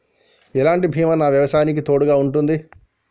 ఎలాంటి బీమా నా వ్యవసాయానికి తోడుగా ఉంటుంది?